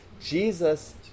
Jesus